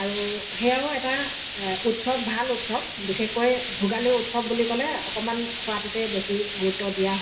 আৰু সেয়াও এটা উৎসৱ ভাল উৎসৱ বিশেষকৈ ভোগালী উৎসৱ বুলি ক'লে অকণমান খোৱাটোতে বেছি গুৰুত্ব দিয়া